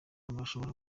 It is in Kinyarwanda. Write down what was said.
bashobora